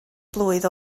blwydd